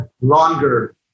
longer